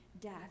death